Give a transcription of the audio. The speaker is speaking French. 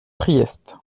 priest